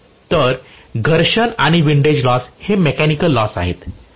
तर घर्षण आणि विंडेज लॉस हे मेकॅनिकल लॉस आहे